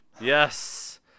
Yes